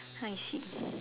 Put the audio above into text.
I see